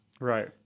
Right